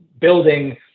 building